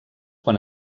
quan